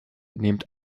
nehmt